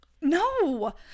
No